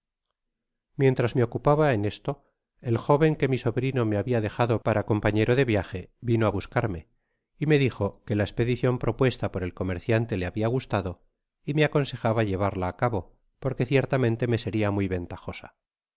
mientras me ocupaba en este el jóven que mi sobrino me habia dejado para eotnpafiéro de viaje vino á buscarme y me dijo que la espediclün propuesta por el comerciante le habia gustado y me aconsejaba llevarla á cabo porque ciertamente me seria muy ventajosa